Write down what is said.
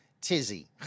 Tizzy